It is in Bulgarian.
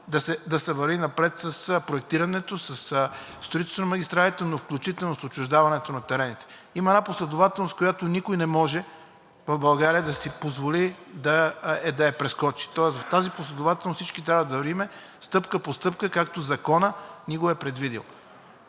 да се върви напред с проектирането, със строителството на магистралите, но включително с отчуждаването на терените. Има една последователност, която никой не може в България да си позволи да я прескочи. Тоест в тази последователност всички трябва да вървим стъпка по стъпка, както законът ни го е предвидил.